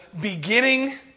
beginning